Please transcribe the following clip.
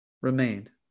remained